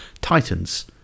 Titans